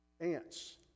ants